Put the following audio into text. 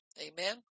Amen